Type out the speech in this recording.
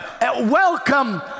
Welcome